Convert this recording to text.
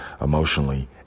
emotionally